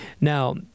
Now